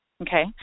Okay